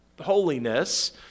holiness